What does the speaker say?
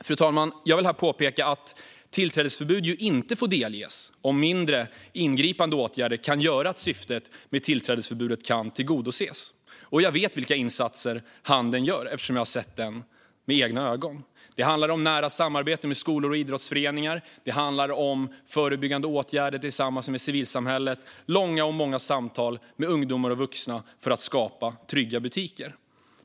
Fru talman! Jag vill påpeka att tillträdesförbud inte får delges om mindre ingripande åtgärder kan göra att syftet med tillträdesförbudet kan tillgodoses. Jag vet vilka insatser handeln gör eftersom jag har sett det med egna ögon. Det handlar om nära samarbete med skolor och idrottsföreningar. Det handlar om förebyggande åtgärder tillsammans med civilsamhället och långa och många samtal med ungdomar och vuxna för att skapa trygga butiker.